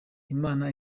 imana